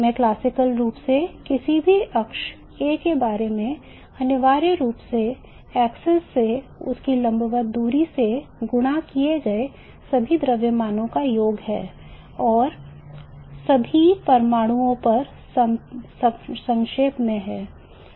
I क्लासिकलरूप से किसी भी अक्ष A के बारे में अनिवार्य रूप से axes से उनकी लंबवत दूरी से गुणा किए गए सभी द्रव्यमानों पर योग है और सभी परमाणुओं पर संक्षेप में है